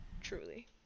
Truly